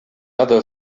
other